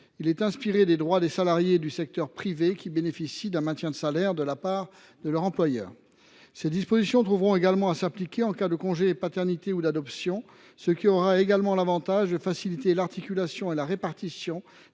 Il est inspiré des droits des salariés du secteur privé, qui bénéficient d’un maintien de salaire pris en charge par leur employeur. Ces dispositions s’appliqueront en cas de congé paternité ou d’adoption, ce qui présentera également l’avantage de faciliter l’articulation et la répartition